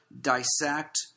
dissect